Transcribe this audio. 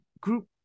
group